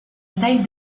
taille